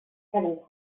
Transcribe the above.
having